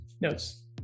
notes